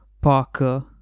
Parker